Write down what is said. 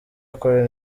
akora